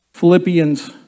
Philippians